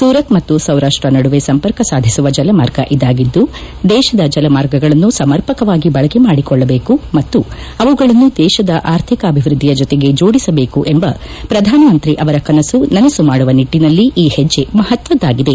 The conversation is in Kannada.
ಸೂರತ್ ಮತ್ತು ಸೌರಾಷ್ಷ ನಡುವೆ ಸಂಪರ್ಕ ಸಾಧಿಸುವ ಜಲ ಮಾರ್ಗ ಇದಾಗಿದ್ದು ದೇಶದ ಜಲಮಾರ್ಗಗಳನ್ನು ಸಮರ್ಪಕವಾಗಿ ಬಳಕೆ ಮಾಡಿಕೊಳ್ಳಬೇಕು ಮತ್ತು ಅವುಗಳನ್ನು ದೇಶದ ಆರ್ಥಿಕಾಭಿವೃದ್ದಿಯ ಜೊತೆಗೆ ಜೋಡಿಸಬೇಕು ಎಂಬ ಪ್ರಧಾನಮಂತ್ರಿ ಅವರ ಕನಸು ನನಸು ಮಾಡುವ ನಿಟ್ಟನಲ್ಲಿ ಈ ಹೆಜ್ಜೆ ಮಹತ್ವದ್ಲಾಗಿದೆ